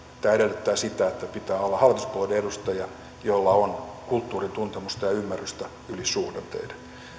tämä edellyttää sitä että pitää olla hallituspuolueen edustaja jolla on kulttuurin tuntemusta ja ymmärrystä yli suhdanteiden